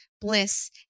bliss